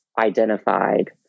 identified